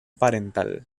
parental